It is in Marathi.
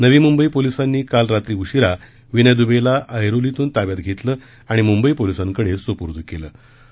नवी मुंबई पोलिसांनी मंगळवारी रात्री उशिरा विनय दुबेला ऐरोलीतून ताब्यात घेतलं आणि मुंबई पोलिसांकडे सुपूर्द केलं आहे